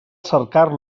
cercar